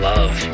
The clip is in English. Love